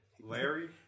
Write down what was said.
Larry